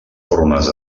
formes